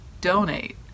Donate